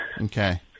Okay